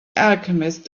alchemist